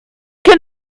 can